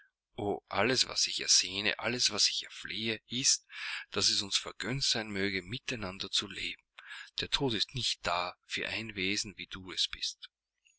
alles was ich ersehne alles was ich erflehe ist daß es uns vergönnt sein möge miteinander zu leben der tod ist nicht da für ein wesen wie du es bist